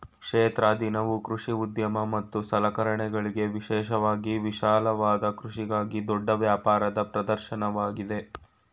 ಕ್ಷೇತ್ರ ದಿನವು ಕೃಷಿ ಉದ್ಯಮ ಮತ್ತು ಸಲಕರಣೆಗಳಿಗೆ ವಿಶೇಷವಾಗಿ ವಿಶಾಲವಾದ ಕೃಷಿಗಾಗಿ ದೊಡ್ಡ ವ್ಯಾಪಾರದ ಪ್ರದರ್ಶನವಾಗಯ್ತೆ